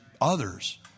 others